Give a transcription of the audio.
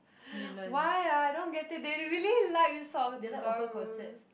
why I don't get it they really like this sort of tutorial rooms